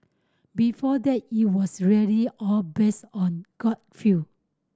before that it was really all based on gut feel